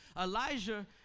Elijah